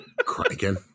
Cranking